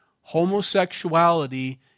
Homosexuality